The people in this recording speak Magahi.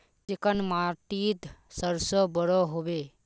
चिकन माटित सरसों बढ़ो होबे?